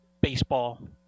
baseball